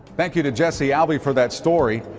thank you to jesse alvey for that story.